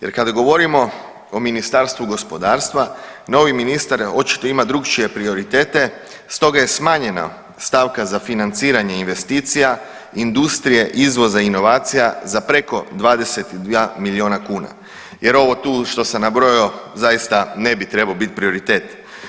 Jer kada govorimo o Ministarstvu gospodarstva novi ministar očito ima drukčije prioritete stoga je smanjena stavka za financiranje investicije, industrije, izvoza, inovacija za preko 22 milijuna kuna jer ovo tu što sam nabrojao zaista ne bi trebao biti prioritet.